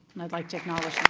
and i'd like to acknowledge